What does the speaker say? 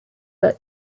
but